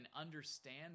understand